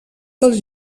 dels